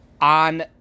on